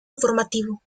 informativo